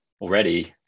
already